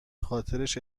خاطرش